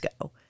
go